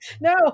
No